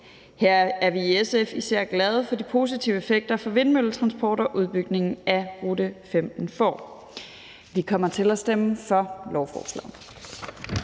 Her er vi i SF især glade for de positive effekter for vindmølletransporter, som udbygningen af rute 15 får. Vi kommer til at stemme for lovforslaget.